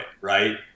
right